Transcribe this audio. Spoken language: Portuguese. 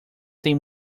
têm